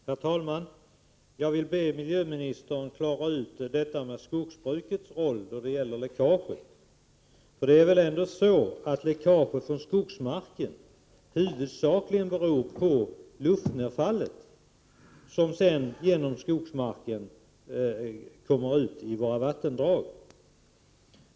Herr talman! Jag vill be miljöministern klara ut detta med skogsbrukets roll när det gäller läckaget. Det är ändå så att läckaget från skogsmarken huvudsakligen beror på luftnerfallet, som sedan genom skogsmarken kommer ut i våra vattendrag.